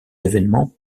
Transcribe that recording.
événement